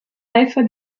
eifer